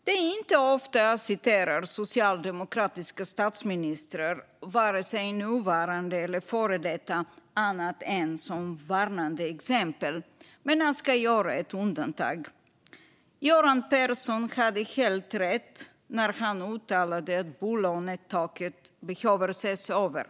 Det är inte ofta jag citerar socialdemokratiska statsministrar - vare sig nuvarande eller före detta - annat än som varnande exempel, men jag ska göra ett undantag. Göran Persson hade helt rätt när han uttalade att bolånetaket behöver ses över.